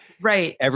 Right